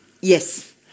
Yes